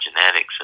genetics